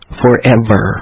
forever